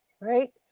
right